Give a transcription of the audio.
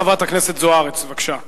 חברת הכנסת אורית זוארץ, בבקשה,